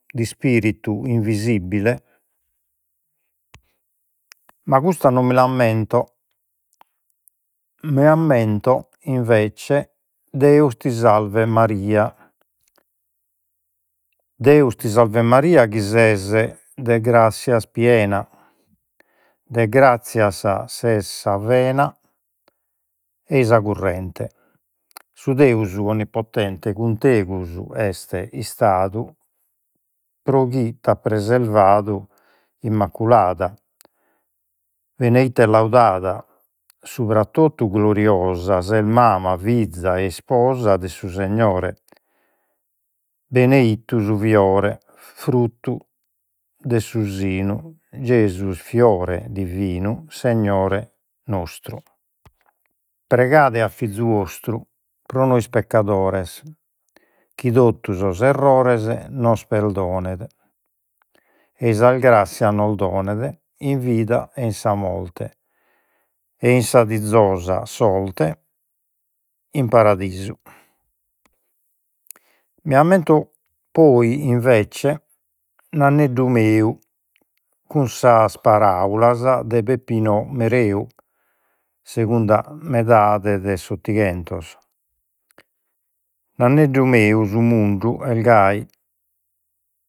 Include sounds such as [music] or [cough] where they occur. D'ispiritu invisibile. Ma custa non mi l'ammento, mi ammento invece, Deus ti salvet Maria. Deus ti salvet, Maria, chi ses de grassias piena, de grassias ses sa vena, ei sa currente. Su Deus onnipotente cun tegus est'istadu, pro chi t'at preservadu immaculada. Beneitta e laudada subra totus gloriosa, ses mamma, fiza e isposa de su Segnore. Beneittu su fiore, fruttu de su sinu Gesus, fiore Divinu, Segnore nostru. Pregade a fizu 'ostru pro nois peccadores, chi totu sos errores nos perdonet. Ei sas grassias nos donet, in vida e in sa morte ei sa [unintelligible] sorte, in Paradisu. Mi ammento [hesitation] poi invece Nanneddu meu, cun sas paraulas de Peppinu Mereu, segunda meidade de s’ottighentos. Nanneddu meu su mundu est gai